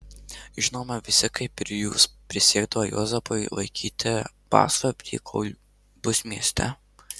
žinoma visi kaip ir jūs prisiekdavo juozapui laikyti paslaptį kol bus mieste